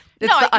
No